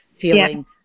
feeling